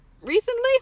recently